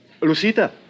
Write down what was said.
Lucita